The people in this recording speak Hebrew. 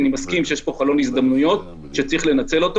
ואני מסכים שיש כאן חלון הזדמנויות שצריך לנצל אותו